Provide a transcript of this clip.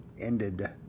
ended